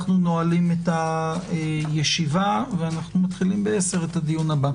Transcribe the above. תודה רבה, הישיבה נעולה.